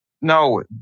No